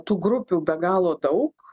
tų grupių be galo daug